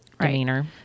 demeanor